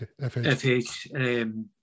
FH